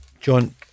John